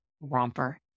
romper